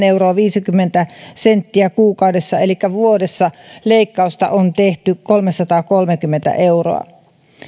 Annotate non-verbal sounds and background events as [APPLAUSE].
[UNINTELLIGIBLE] euroa viisikymmentä senttiä kuukaudessa elikkä vuodessa leikkausta on tehty kolmesataakolmekymmentä euroa